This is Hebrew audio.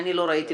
אני לא ראיתי,